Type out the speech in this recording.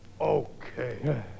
Okay